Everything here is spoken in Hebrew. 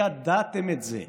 וידעתם את זה,